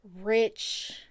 rich